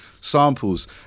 samples